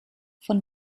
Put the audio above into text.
von